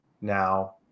now